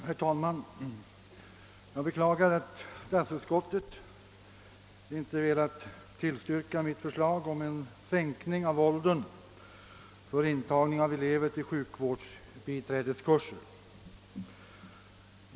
Herr talman! Jag beklagar att statsutskottet inte velat tillstyrka mitt förslag om en sänkning av åldern för intagning av elever till sjukvårdsbiträdeskurser.